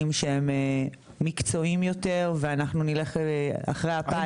שהם מקצועיים יותר ואנחנו נלך אחרי הפיילוט.